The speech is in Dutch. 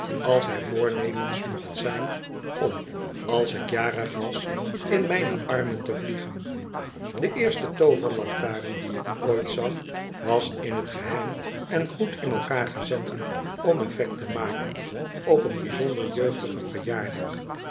als hij voornemens mocht zijn om als ik jarig was in mijne armen te vlkgen de eerste tooverlantaren die ik ooit zag was in t geheim en goed in elkaar gezet om effect te maken op een bijzonder jeugdigen